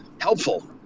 helpful